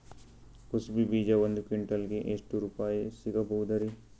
ಕುಸಬಿ ಬೀಜ ಒಂದ್ ಕ್ವಿಂಟಾಲ್ ಗೆ ಎಷ್ಟುರುಪಾಯಿ ಸಿಗಬಹುದುರೀ?